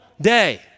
day